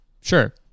Sure